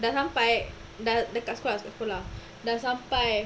dah sampai dah dekat sekolah sekolah dah sampai